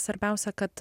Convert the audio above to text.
svarbiausia kad